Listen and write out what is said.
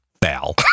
Bow